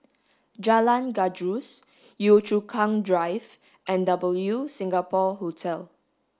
Jalan Gajus Yio Chu Kang Drive and W Singapore Hotel